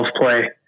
play